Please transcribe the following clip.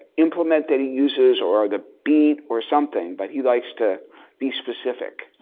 implement that he uses or the beat or something. but he likes to be specific.